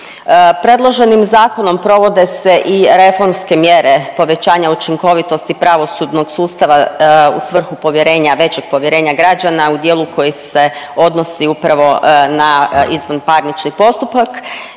Predloženim zakonom provode se i reformske mjere povećanja učinkovitosti pravosudnog sustava u svrhu povjerenja većeg povjerenja građana u dijelu koji se odnosi upravo na izvanparnični postupak.